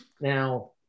now